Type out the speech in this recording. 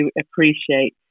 appreciate